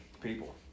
people